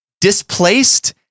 displaced